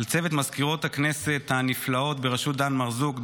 לצוות מזכירות הכנסת הנפלאות בראשות דן מרזוק,